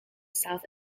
south